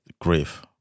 grief